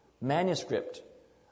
manuscript